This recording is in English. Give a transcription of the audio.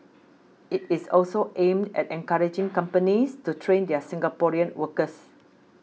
it is also aimed at encouraging companies to train their Singaporean workers